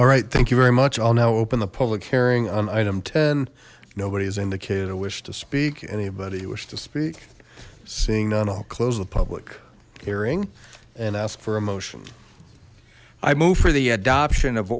alright thank you very much i'll now open the public hearing on item ten nobody has indicated a wish to speak anybody wish to speak seeing none i'll close the public hearing and ask for a motion i move for the adoption of